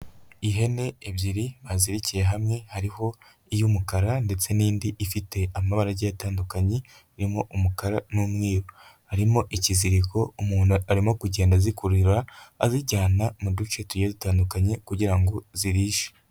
Ihene ebyiri bazirikiye hamwe hariho iy'umukara ndetse n'indi ifite amabara agiye atandukanye irimo umukara n'umweru, harimo ikiziriko umuntu arimo kugenda azikurura azijyana mu duce tugiye dutandukanye kugira ngo zirishe.